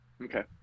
okay